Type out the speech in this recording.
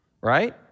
Right